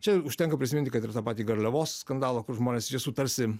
čia užtenka prisiminti kad ir tą patį garliavos skandalą kur žmonės sutarsi